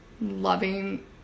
loving